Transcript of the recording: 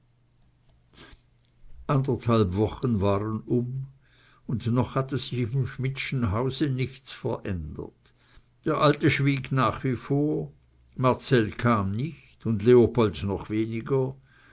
anderthalb wochen waren um und noch hatte sich im schmidtschen hause nichts verändert der alte schwieg nach wie vor marcell kam nicht und leopold noch weniger